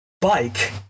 bike